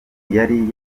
yari